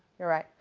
you're right.